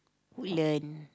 Woodlands